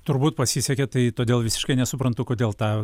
turbūt pasisekė tai todėl visiškai nesuprantu kodėl tą